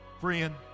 Friend